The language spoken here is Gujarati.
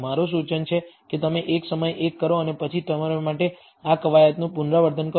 મારો સૂચન છે કે તમે એક સમયે એક કરો અને પછી તમારા માટે આ કવાયતનું પુનરાવર્તન કરો